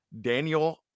Daniel